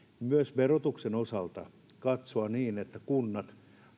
myös verotuksen osalta katsoa sen että kunnat